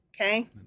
Okay